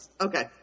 Okay